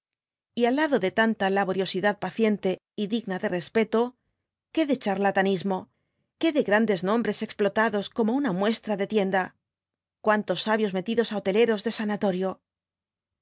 y al lado de tanta laboriosidad paciente y digna de respeto qué de charlatanismo qué de grandes nombres explotados como una muestra de tienda cuántos sabios metidos á hoteleros de sanatorio